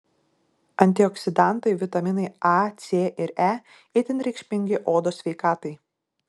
antioksidantai vitaminai a c ir e itin reikšmingi odos sveikatai